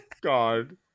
God